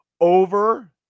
over